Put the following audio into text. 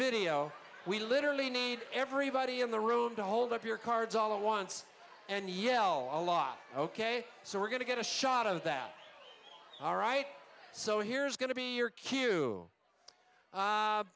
video we literally need everybody in the room to hold up your cards all at once and yell a lot ok so we're going to get a shot of that all right so here's going to be your cue